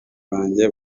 banjye